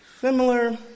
similar